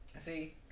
See